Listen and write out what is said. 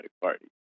Party